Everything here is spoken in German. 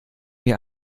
mir